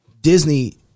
Disney –